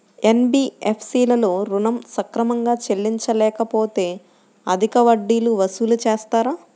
NBFC లలో ఋణం సక్రమంగా చెల్లించలేకపోతె అధిక వడ్డీలు వసూలు చేస్తారా?